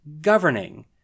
governing